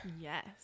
Yes